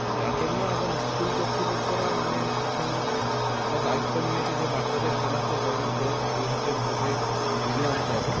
তো যার জন্য এখন স্কুল কর্তৃপক্ষরা মানে এখন একটা দায়িত্ব নিয়েছে যে বাচ্চাদের খেলাতে হবে ফের আগে ঘরের যুগে ফিরিয়ে আনতে হবে